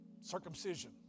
circumcision